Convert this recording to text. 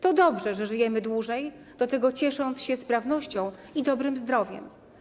To dobrze, że żyjemy dłużej, do tego ciesząc się sprawnością i dobrym zdrowiem.